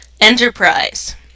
Enterprise